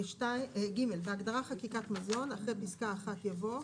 (ג) בהגדרה "חקיקת מזון", אחרי פסקה (1) יבוא: